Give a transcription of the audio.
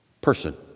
person